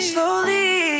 Slowly